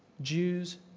Jews